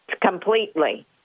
completely